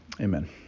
Amen